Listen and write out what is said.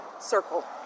circle